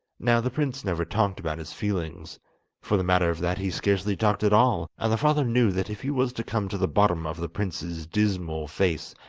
now the prince never talked about his feelings for the matter of that he scarcely talked at all and the father knew that if he was to come to the bottom of the prince's dismal face,